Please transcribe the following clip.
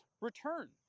return